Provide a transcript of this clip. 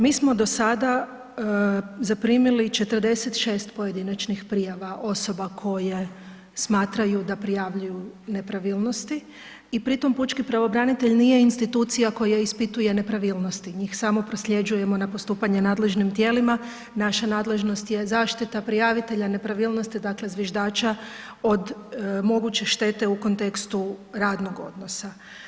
Mi smo do sada zaprimili 46 pojedinačnih prijava osoba koje smatraju da prijavljuju nepravilnosti i pri tom pučki pravobranitelj nije institucija koja ispituje nepravilnosti, njih samo prosljeđujemo na postupanje nadležnim tijelima, naša nadležnost je zaštita prijavitelja nepravilnosti, dakle zviždača od moguće štete u kontekstu radnog odnosa.